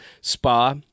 spa